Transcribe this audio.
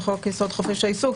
וחוק-יסוד: חופש העיסוק,